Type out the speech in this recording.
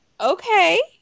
okay